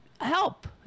help